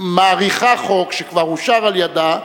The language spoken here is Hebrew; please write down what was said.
מאריכה תוקף חוק שכבר אושר על-ידה,